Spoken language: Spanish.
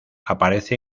aparece